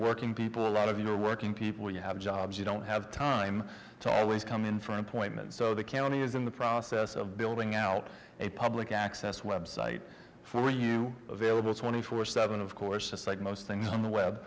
working people a lot of you are working people you have jobs you don't have time to always come in from appointments so the county is in the process of building out a public access website for you available twenty four seven of course just like most things on the web